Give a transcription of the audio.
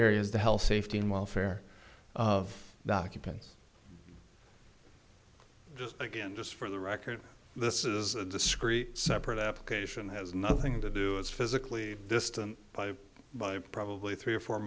areas the health safety and welfare of the occupants just again just for the record this is a discrete separate application has nothing to do it's physically distant by probably three or four